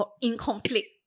incomplete